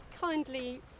kindly